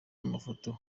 amafoto